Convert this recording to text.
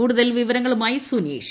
കൂടുതൽ വിവരങ്ങളുമായി സുനീഷ്